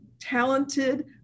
talented